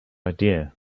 idea